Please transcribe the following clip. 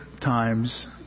times